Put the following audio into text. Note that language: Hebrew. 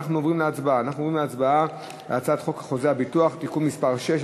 אנחנו עוברים להצבעה על הצעת חוק חוזה הביטוח (תיקון מס' 6),